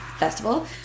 Festival